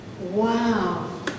wow